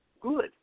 good